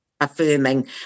affirming